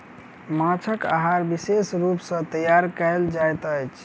माँछक आहार विशेष रूप सॅ तैयार कयल जाइत अछि